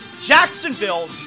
Jacksonville